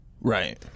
Right